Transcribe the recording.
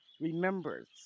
remembers